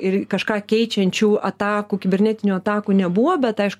ir kažką keičiančių atakų kibernetinių atakų nebuvo bet aišku